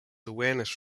awareness